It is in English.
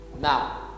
Now